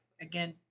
again